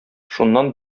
шуннан